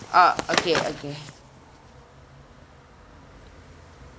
oh okay okay